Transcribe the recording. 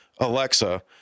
Alexa